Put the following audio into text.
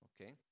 Okay